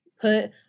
put